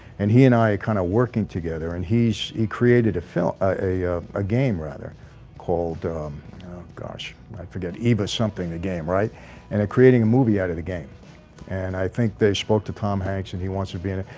and he and i kind of working together and he's he created a film a a game rather called gosh, i forget. eva's something the game right and they're creating a movie out of the game and i think they spoke to tom hanks, and he wants to to be in it.